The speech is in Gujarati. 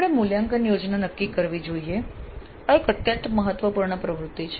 આપણે મૂલ્યાંકન યોજના નક્કી કરવી જોઈએ આ એક અત્યંત મહત્વપૂર્ણ પ્રવૃત્તિ છે